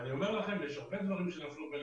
אני אומר לכם שיש הרבה דברים שנפלו בין